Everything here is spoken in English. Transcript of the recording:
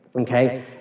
Okay